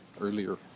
earlier